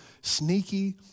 sneaky